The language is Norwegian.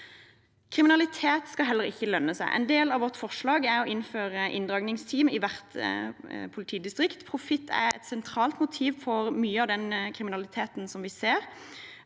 Kriminalitet skal ikke lønne seg. En del av vårt forslag er å innføre inndragningsteam i hvert politidistrikt. Profitt er et sentralt motiv for mye av den kriminaliteten vi ser.